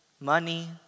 money